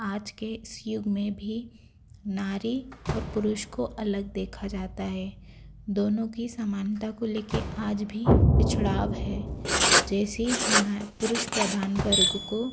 आज के इस युग में भी नारी और पुरुष को अलग देखा जाता है दोनों की समानता को लेके आज भी पिछड़ाव है जैसी हमें पुरुष प्रधान वर्ग को